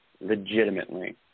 legitimately